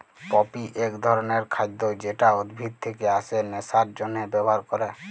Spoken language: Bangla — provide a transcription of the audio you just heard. পপি এক ধরণের খাদ্য যেটা উদ্ভিদ থেকে আসে নেশার জন্হে ব্যবহার ক্যরে